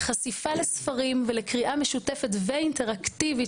חשיפה לספרים ולקריאה משותפת ואינטראקטיבית,